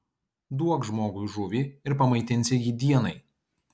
duok žmogui žuvį ir pamaitinsi jį dienai